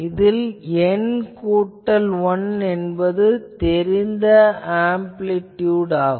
இதில் N கூட்டல் 1 தெரிந்த ஆம்பிளிடியுட் உள்ளன